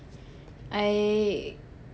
I